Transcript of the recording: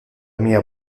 mia